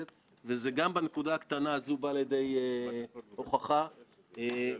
לירדנה מלר-הורוביץ שממשיכה את העשייה החשובה במליאה.